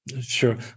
Sure